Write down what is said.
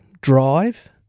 drive